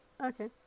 Okay